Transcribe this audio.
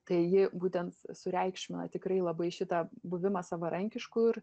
tai ji būtent sureikšmina tikrai labai šitą buvimą savarankišku ir